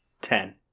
Ten